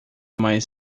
mais